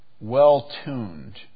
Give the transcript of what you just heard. well-tuned